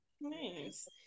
nice